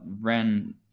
ran